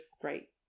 great